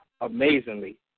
amazingly